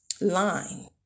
line